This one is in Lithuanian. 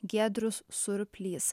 giedrius surplys